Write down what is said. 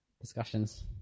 discussions